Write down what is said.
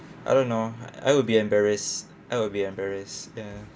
I don't know I would be embarrassed I would be embarrassed ya